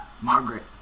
Margaret